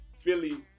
Philly